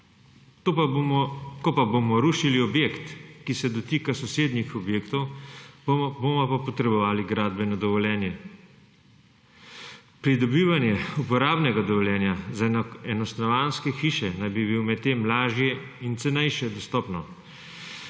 Ko pa bomo rušili objekt, ki se dotika sosednjih objektov, bomo pa potrebovali gradbeno dovoljenje. Pridobivanje uporabnega dovoljenja za enostanovanjske hiše naj bi bilo medtem lažje in cenejše dostopno,